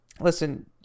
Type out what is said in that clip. Listen